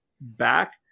back